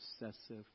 obsessive